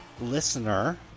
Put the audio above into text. Listener